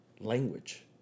language